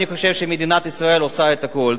אני חושב שמדינת ישראל עושה את הכול.